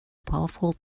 powerful